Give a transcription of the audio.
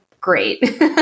great